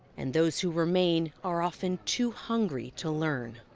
and those who remain are often too hungry to learn.